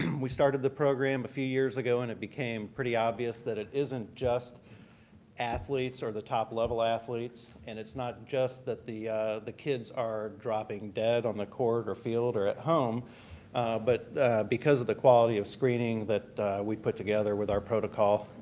we started the program a but few years ago and it became pretty obvious that it isn't just athletes or the top level athletes and it's not just that the the kids are dropping dead on the court or field or at home but because of the quality of screening that we put together with our protocol,